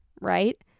right